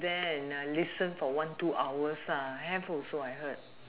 then listen for one two hours ah have also I heard